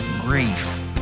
grief